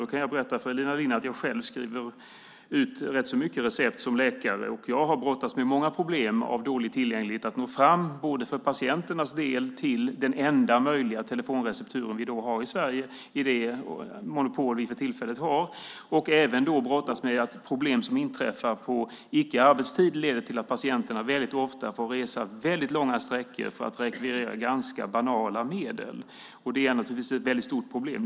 Då kan jag berätta för Elina Linna att jag själv skriver ut rätt så mycket recept som läkare, och jag har brottats med många problem med dålig tillgänglighet, till exempel att nå fram, också för patienternas del, till den enda möjliga telefonreceptur som vi har i Sverige med det monopol vi för tillfället har. Jag har även brottats med att problem som inträffar på icke arbetstid leder till att patienterna väldigt ofta får resa väldigt långa sträckor för att rekvirera ganska banala medel. Det är naturligtvis ett väldigt stort problem.